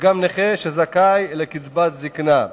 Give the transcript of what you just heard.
וגם נכה שזכאי לקצבת זיקנה.